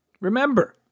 Remember